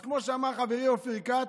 אז כמו שאמר חברי אופיר כץ,